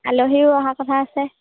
আলহীও অহা কথা আছে